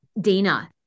Dana